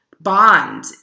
bond